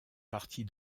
partie